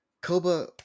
Koba